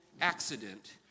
accident